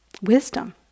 wisdom